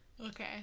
Okay